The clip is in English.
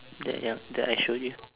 that ya the I showed you